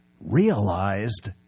realized